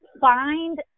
find